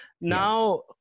Now